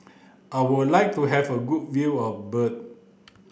I would like to have a good view of Bern